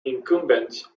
incumbents